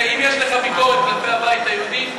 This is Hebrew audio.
אם יש לך ביקורת כלפי הבית היהודי,